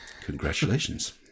congratulations